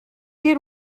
did